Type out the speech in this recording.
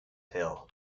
hill